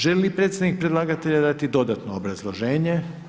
Želi li predstavnik predlagatelja dati dodatno obrazloženje?